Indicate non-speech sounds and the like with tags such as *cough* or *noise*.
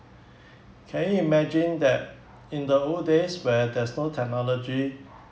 *breath* can you imagine that in the old days where there's no technology